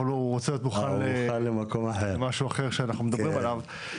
אבל הוא רוצה להיות מוכן למשהו אחר שאנחנו מדברים עליו.